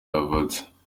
yavutse